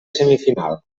semifinal